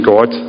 God